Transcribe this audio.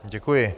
Děkuji.